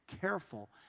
careful